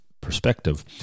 perspective